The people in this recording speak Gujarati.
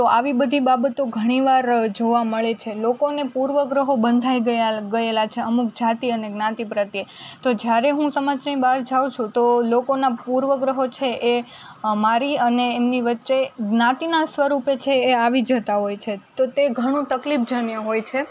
તો આવી બધી બાબતો ઘણી વાર જોવા મળે છે લોકોને પૂર્વગ્રહો બંધાઈ ગયાં ગયેલા છે અમુક જાતિ અને જ્ઞાતિ પ્રત્યે તો જ્યારે હું સમાજની બહાર જાઉ છું તો લોકોના પૂર્વગ્રહો છે એ મારી અને એમની વચ્ચે જ્ઞાતિના સ્વરૂપે છે એ આવી જતાં હોય છે તો તે ઘણું તકલીફ જન્ય હોય છે